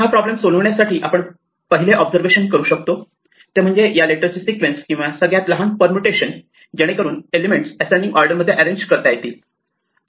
हा प्रॉब्लेम सोडविण्यासाठी आपण पहिले ऑब्झर्वेशन करू शकतो ते म्हणजे या लेटर ची सिक्वेन्स किंवा सगळ्यात लहान परमुटेशन जेणेकरून एलिमेंट असेन्डिंग ऑर्डर मध्ये अरेंज करता येतील